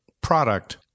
product